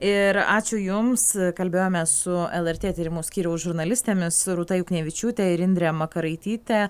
ir ačiū jums kalbėjome su el er tė tyrimų skyriaus žurnalistėmis rūta juknevičiūte ir indre makaraityte